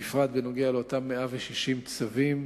בפרט בנוגע לאותם 160 צווים,